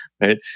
right